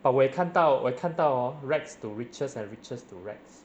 but 我也看到我有看到 hor rags to riches and riches to rags